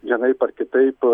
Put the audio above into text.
vienaip ar kitaip